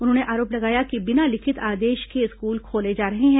उन्होंने आरोप लगाया कि बिना लिखित आदेश के स्कूल खोले जा रहे हैं